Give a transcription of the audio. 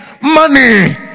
Money